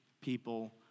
people